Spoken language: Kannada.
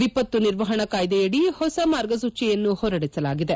ವಿಪತ್ತು ನಿರ್ವಹಣಾ ಕಾಯ್ಲೆಯಡಿ ಹೊಸ ಮಾರ್ಗಸೂಚಿಯನ್ನು ಹೊರಡಿಸಲಾಗಿದೆ